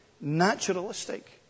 naturalistic